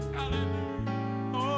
Hallelujah